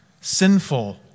sinful